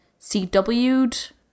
CW'd